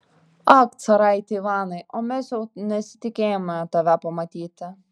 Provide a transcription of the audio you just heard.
ak caraiti ivanai o mes jau nesitikėjome tave pamatyti